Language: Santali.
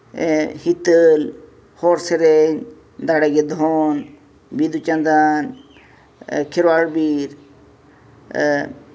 ᱦᱤᱛᱟᱹᱞ ᱦᱚᱲ ᱥᱮᱨᱮᱧ ᱫᱟᱲᱮ ᱜᱮ ᱫᱷᱚᱱ ᱵᱤᱸᱫᱩ ᱪᱟᱸᱫᱟᱱ ᱠᱷᱮᱨᱣᱟᱲ ᱵᱤᱨ